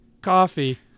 coffee